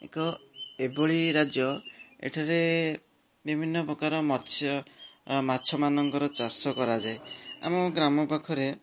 ଏକ ଏଭଳି ରାଜ୍ୟ ଏଠାରେ ବିଭିନ୍ନ ପ୍ରକାର ମତ୍ସ୍ୟ ମାଛମାନଙ୍କର ଚାଷ କରାଯାଏ ଆମ ଗ୍ରାମ ପାଖରେ